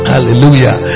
Hallelujah